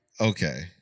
Okay